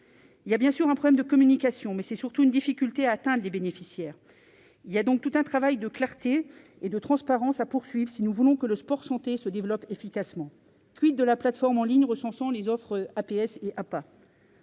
Il y a évidemment un problème de communication, mais surtout une difficulté à atteindre les bénéficiaires. Il y a donc tout un travail de clarté et de transparence à poursuivre si nous voulons que le sport-santé se développe efficacement. de la plateforme en ligne recensant les offres d'APS et d'APA